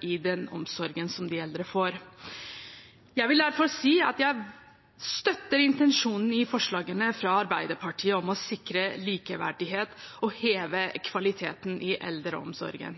i den omsorgen som de eldre får. Jeg vil derfor si at jeg støtter intensjonen i forslagene fra Arbeiderpartiet om å sikre likeverdighet og heve kvaliteten i eldreomsorgen,